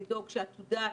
לדאוג שעתודת